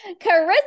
Carissa